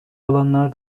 olanlar